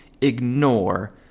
ignore